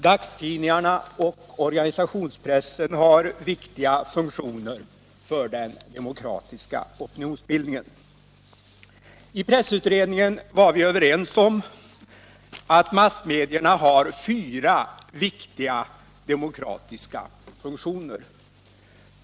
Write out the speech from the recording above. Dagstidningarna och organisationspressen har viktiga funktioner för den demokratiska opinionsbildningen. I pressutredningen var vi överens om att massmedierna har fyra väsentliga demokratiska tunktioner.